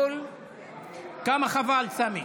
כמה חבל, סמי.